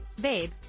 Babe